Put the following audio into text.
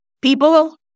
people